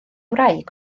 wraig